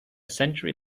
century